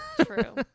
True